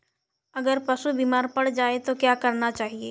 अगर पशु बीमार पड़ जाय तो क्या करना चाहिए?